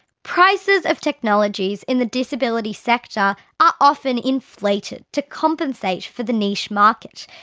prices of technologies in the disability sector are often inflated to compensate for the niche market,